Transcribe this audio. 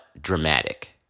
dramatic